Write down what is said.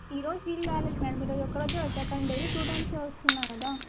ఈ రోజూ ఇల్లాలి మేడం ఈరోజు ఒక్కరోజు వచ్చా డైలీ టూ టైమ్స్ చేస్తున్నా కదా